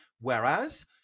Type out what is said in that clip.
Whereas